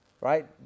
Right